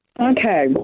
Okay